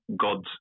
gods